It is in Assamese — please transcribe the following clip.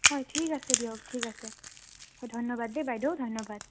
হয় ঠিক আছে দিয়ক ঠিক আছে ধন্যবাদ দেই বাইদেউ ধন্যবাদ